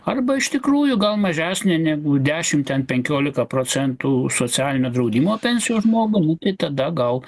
arba iš tikrųjų gal mažesnė negu dešim ten penkiolika procentų socialinio draudimo pensijos žmogų nu tai tada gal